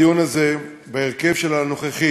אחרון הדוברים: חבר הכנסת איתן ברושי.